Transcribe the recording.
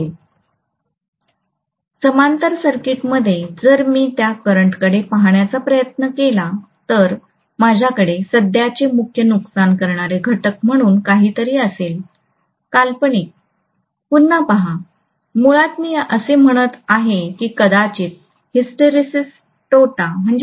होय समांतर सर्किटमध्ये जर मी त्या करंट कडे पाहण्याचा प्रयत्न केला तर माझ्याकडे सध्याचे मुख्य नुकसान करणारे घटक म्हणून काहीतरी असेल काल्पनिक पुन्हा पहा मुळात मी असे म्हणत आहे की कदाचित हिस्टेरिसिस तोटा २